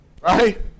Right